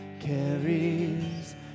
carries